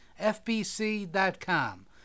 fbc.com